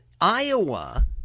Iowa